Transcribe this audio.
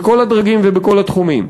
בכל הדרגים ובכל התחומים.